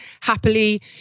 happily